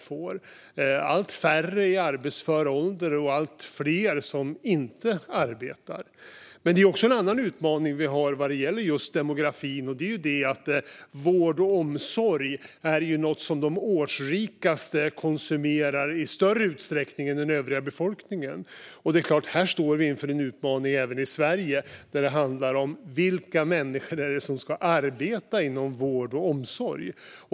Det är allt färre som är i arbetsför ålder, och det är allt fler som inte arbetar. Det är också en annan utmaning vi har vad gäller just demografin. Vård och omsorg är något som de årsrikaste konsumerar i större utsträckning än den övriga befolkningen, Det är klart att vi här står inför en utmaning även i Sverige. Det handlar om vilka människor som ska arbeta inom vård och omsorg.